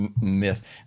myth